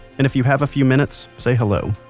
and if you have a few minutes, say hello.